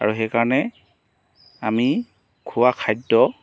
আৰু সেই কাৰণে আমি খোৱা খাদ্য